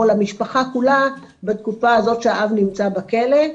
או למשפחה, בתקופה הזאת שהאב נמצא בכלא.